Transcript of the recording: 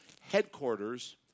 headquarters